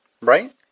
right